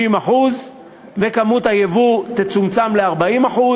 תהיה 60% וכמות היצוא תצומצם ל-40%.